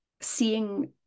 seeing